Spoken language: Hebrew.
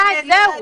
די, זהו.